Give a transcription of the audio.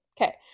okay